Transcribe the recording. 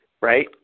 right